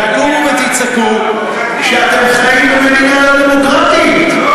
אז תקומו ותצעקו שאתם חיים במדינה לא דמוקרטית.